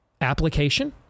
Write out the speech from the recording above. application